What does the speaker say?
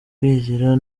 kwigira